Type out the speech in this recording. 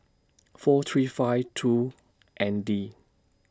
four three five two N D